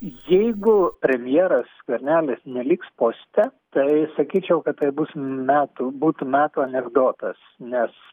jeigu premjeras skvernelis neliks poste tai sakyčiau kad tai bus metų būtų metų anekdotas nes